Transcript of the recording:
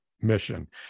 mission